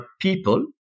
people